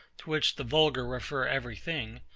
to which the vulgar refer every thing,